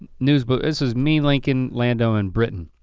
news but this was me, lincoln, lando and britton.